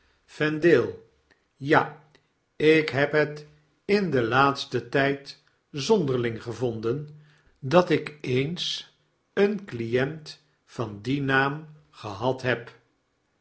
vendale geen uitweg ja ik heb het in den laatsten tijd zonderling gevonden dat ik eens een client van dien naam gehad heb